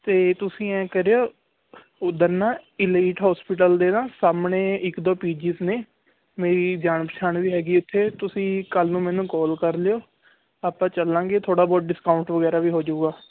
ਅਤੇ ਤੁਸੀਂ ਐ ਕਰਿਓ ਉੱਧਰ ਨਾ ਇਲੀਟ ਹੋਸਪਿਟਲ ਦੇ ਨਾ ਸਾਹਮਣੇ ਇੱਕ ਦੋ ਪੀਜੀਜ ਨੇ ਮੇਰੀ ਜਾਣ ਪਹਿਚਾਣ ਵੀ ਹੈਗੀ ਉੱਥੇ ਤੁਸੀਂ ਕੱਲ੍ਹ ਨੂੰ ਮੈਨੂੰ ਕਾਲ ਕਰ ਲਿਓ ਆਪਾਂ ਚੱਲਾਂਗੇ ਥੋੜ੍ਹਾ ਬਹੁਤ ਡਿਸਕਾਊਂਟ ਵਗੈਰਾ ਵੀ ਹੋ ਜਾਊਗਾ